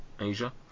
Asia